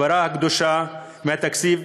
הפרה הקדושה בתקציב,